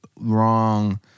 wrong